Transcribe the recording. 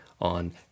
on